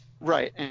Right